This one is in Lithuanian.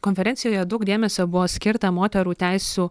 konferencijoje daug dėmesio buvo skirta moterų teisių